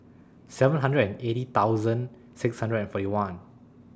seven hundred and eighty thousand six hundred and forty one